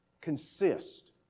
consist